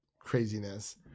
craziness